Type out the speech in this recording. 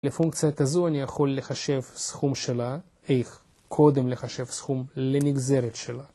לפונקציית כזו אני יכול לחשב סכום שלה, איך קודם לחשב סכום לנגזרת שלה.